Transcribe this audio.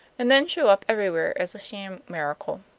and then shown up everywhere as a sham miracle.